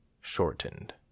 shortened